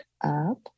up